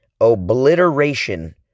obliteration